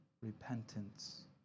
repentance